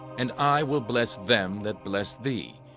and i will bless them that bless thee,